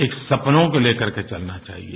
एक सपनों को लेकर के चलना चाहिए